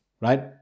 right